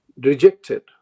rejected